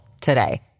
today